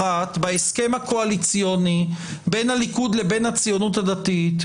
בהתאם להוראות סעיף 106א1 לתקנון הכנסת,